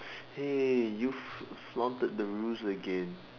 hey you f~ flaunted the rules again